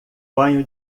banho